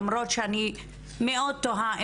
למרות שאני מאוד תוהה,